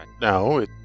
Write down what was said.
No